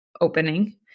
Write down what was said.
opening